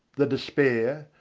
the despair,